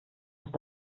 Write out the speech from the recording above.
ist